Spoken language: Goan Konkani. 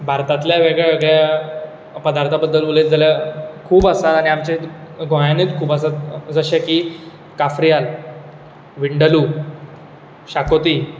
भारतांतल्या वेगळ्या वेगळ्या पदार्थां बद्दल उलयत जाल्यार खूब आसा आनी आमच्या गोंयानूच खूब आसा जशें की काफ्रियाल विंडालू शाकोती